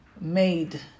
made